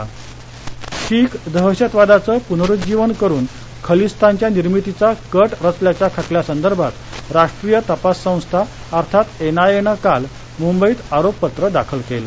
खलिस्तान कट तपास संस्था शीख दहशतवादाघं पुनरुज्जीवन करून खलिस्तानच्या निर्मितीचा कट रचल्याघ्या खटल्यासंबंधात राष्ट्रीय तपास संस्था अर्थात एनआयए नं काल मुंबईत आरोपपत्र दाखल केलं